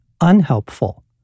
Unhelpful